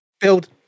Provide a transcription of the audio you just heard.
build